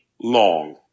long